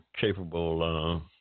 capable